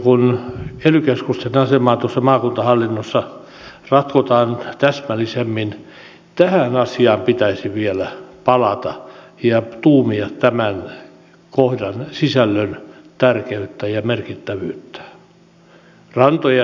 kun ely keskusten asemaa tuossa maakuntahallinnossa ratkotaan täsmällisemmin tähän asiaan pitäisi vielä palata ja tuumia tämän kohdan sisällön tärkeyttä ja merkittävyyttä